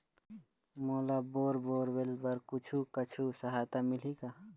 मोला bore borewells बर कुछू कछु सहायता मिलही का?